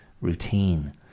routine